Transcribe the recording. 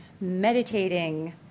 meditating